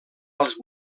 als